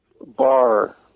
bar